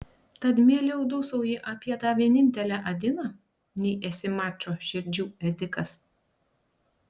tad mieliau dūsauji apie tą vienintelę adiną nei esi mačo širdžių ėdikas